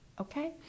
Okay